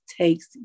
takes